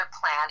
plan